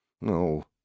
No